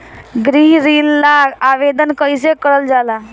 गृह ऋण ला आवेदन कईसे करल जाला?